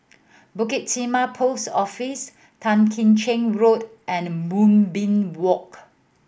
Bukit Timah Post Office Tan Kim Cheng Road and Moonbeam Walk